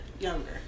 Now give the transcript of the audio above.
younger